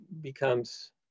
becomes